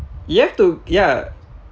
you have to ya